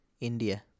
India